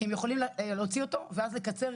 כי הם יכולים להוציא אותו ואז לקצר,